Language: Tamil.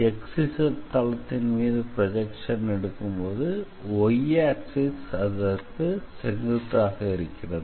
xz தளத்தின் மீது ப்ரொஜெக்ஷன் எடுக்கும்போது y ஆக்சிஸ் அதற்கு செங்குத்தாக இருக்கிறது